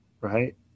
right